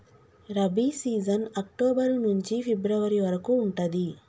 rabi season October నుంచి February వరకు ఉంటది